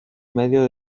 medio